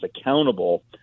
accountable